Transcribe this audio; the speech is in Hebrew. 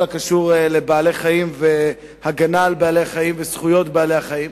הקשור לבעלי-חיים והגנה על בעלי-חיים וזכויות בעלי-החיים